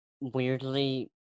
weirdly